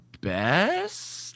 best